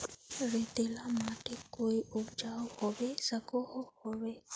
रेतीला माटित कोई उपजाऊ होबे सकोहो होबे?